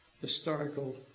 historical